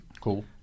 Cool